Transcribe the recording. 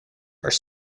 are